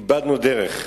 איבדנו דרך.